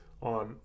on